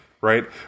Right